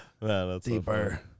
Deeper